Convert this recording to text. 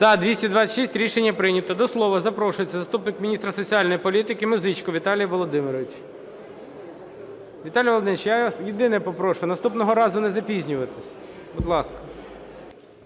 За-226 Рішення прийнято. До слова запрошується заступник міністра соціальної політики Музиченко Віталій Володимирович. Віталію Володимировичу, я вас єдине попрошу наступного разу не запізнюватись. Будь ласка.